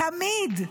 תמיד.